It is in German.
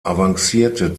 avancierte